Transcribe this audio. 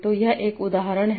तो यह एक उदाहरण है